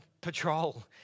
Patrol